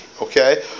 Okay